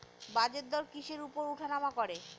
বাজারদর কিসের উপর উঠানামা করে?